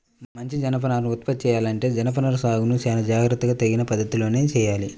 మంచి జనపనారను ఉత్పత్తి చెయ్యాలంటే జనపనార సాగును చానా జాగర్తగా తగిన పద్ధతిలోనే చెయ్యాలి